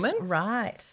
right